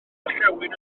orllewin